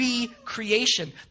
recreation